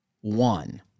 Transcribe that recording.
one